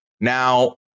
Now